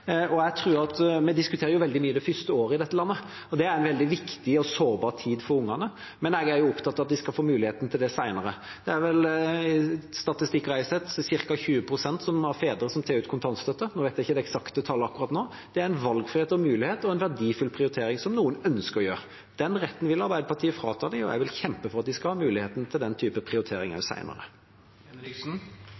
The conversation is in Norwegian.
Vi diskuterer jo veldig mye det første året i dette landet, og det er en veldig viktig og sårbar tid for ungene, men jeg er opptatt av at de skal få muligheten til det senere. Det er vel, ifølge statistikker jeg har sett, ca. 20 pst. av fedre som tar ut kontantstøtte – jeg vet ikke det eksakte tallet akkurat nå. Det er en valgfrihet og en mulighet og en verdifull prioritering som noen ønsker å gjøre. Den retten vil Arbeiderpartiet frata dem, og jeg vil kjempe for at de skal ha muligheten til å gjøre den type